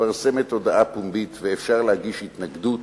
מתפרסמת הודעה פומבית ואפשר להגיש התנגדות,